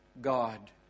God